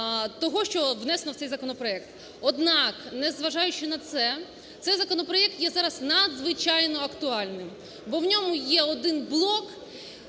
того, що внесено в цей законопроект. Однак, незважаючи на це, цей законопроект є зараз надзвичайно актуальним, бо в ньому є один блок,